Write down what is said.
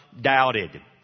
doubted